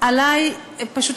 פשוט,